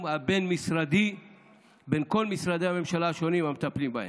הבין-משרדי בין כל משרדי הממשלה השונים המטפלים בהם.